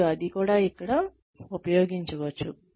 మరియు అది కూడా ఇక్కడ ఉపయోగించవచ్చు